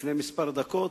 לפני כמה דקות,